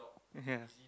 yes